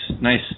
nice